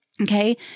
Okay